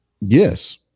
Yes